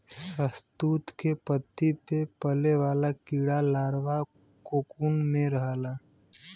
शहतूत के पत्ती पे पले वाला कीड़ा लार्वा कोकून में रहला